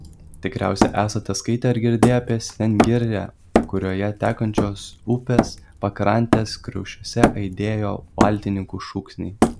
tikriausiai esate skaitę ar girdėję apie sengirę kurioje tekančios upės pakrantės kriaušiuose aidėjo valtininkų šūksniai